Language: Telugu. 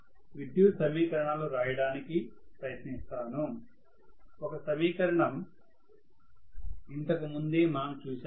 విద్యుత్ సమీకరణాలు రాయడానికి ప్రయత్నిస్తాను ఒక సమీకరణం ఇంతకు ముందే మనం రాశాము